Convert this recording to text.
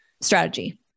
strategy